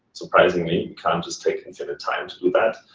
surprisingly, you can't just take and set a time to do that.